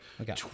Okay